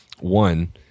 One